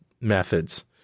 methods